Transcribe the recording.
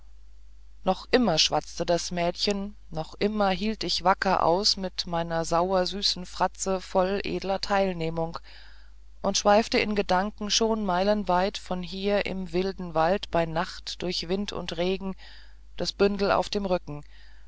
noch immer schwatzte das mädchen noch immer hielt ich wacker aus mit meiner sauer süßen fratze voll edler teilnehmung und schweifte in gedanken schon meilenweit von hier im wilden wald bei nacht durch wind und regen das bündel auf dem rücken